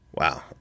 Wow